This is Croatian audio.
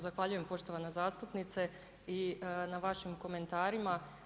Zahvaljujem poštovana zastupnice i na vašim komentarima.